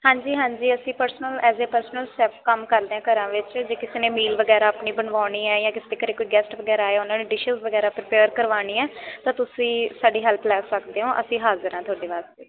ਹਾਂਜੀ ਹਾਂਜੀ ਅਸੀਂ personal as a personal chef ਕੰਮ ਕਰਦੇ ਹਾਂ ਘਰਾਂ ਵਿੱਚ ਜੇ ਕਿਸੇ ਨੇ ਮੀਲ ਵਗੈਰਾ ਆਪਣੀ ਬਣਵਾਉਣੀ ਹੈ ਜਾਂ ਕਿਸੇ ਦੇ ਘਰ ਕੋਈ ਗੈਸਟ ਵਗੈਰਾ ਆਏ ਉਹਨਾਂ ਨੇ ਡਿਸ਼ ਵਗੈਰਾ ਪ੍ਰਪੇਅਰ ਕਰਵਾਉਣੀ ਹੈ ਤਾਂ ਤੁਸੀਂ ਸਾਡੀ ਹੈਲਪ ਲੈ ਸਕਦੇ ਹੋ ਅਸੀਂ ਹਾਜ਼ਰ ਹਾਂ ਤੁਹਾਡੇ ਵਾਸਤੇ